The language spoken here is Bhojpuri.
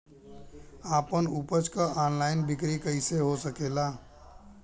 आपन उपज क ऑनलाइन बिक्री कइसे हो सकेला?